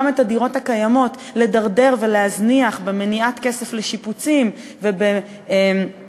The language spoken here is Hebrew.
גם את הדירות הקיימות לדרדר ולהזניח במניעת כסף לשיפוצים ובהיעדר